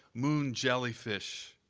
moon jellyfish.